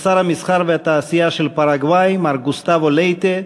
תמר זנדברג,